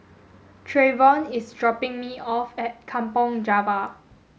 Treyvon is dropping me off at Kampong Java